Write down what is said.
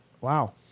Wow